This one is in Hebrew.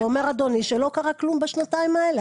זה אומר שלא קרה כלום בשנתיים האלה,